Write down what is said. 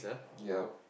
yup